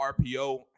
RPO